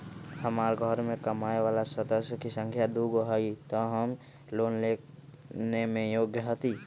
हमार घर मैं कमाए वाला सदस्य की संख्या दुगो हाई त हम लोन लेने में योग्य हती?